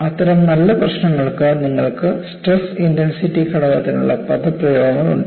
അത്തരം നല്ല പ്രശ്നങ്ങൾക്ക് നിങ്ങൾക്ക് സ്ട്രെസ് ഇന്റെൻസിറ്റി ഘടകത്തിനുള്ള പദപ്രയോഗങ്ങളുണ്ട്